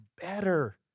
better